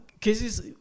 cases